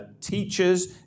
teachers